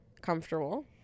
comfortable